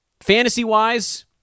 Fantasy-wise